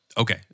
Okay